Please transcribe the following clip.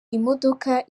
imodoka